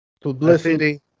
publicity